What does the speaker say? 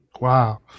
Wow